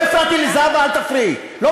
לא הפרעתי לזהבה, אל תפריעי.